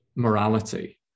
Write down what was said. morality